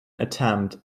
attempt